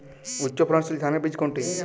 উচ্চ ফলনশীল ধানের বীজ কোনটি?